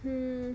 hmm